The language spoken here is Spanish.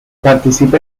participa